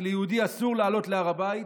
כי ליהודי אסור לעלות להר הבית,